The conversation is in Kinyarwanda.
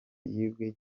yibwe